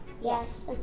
Yes